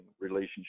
relationship